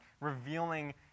revealing